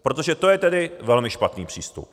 Protože to je tedy velmi špatný přístup.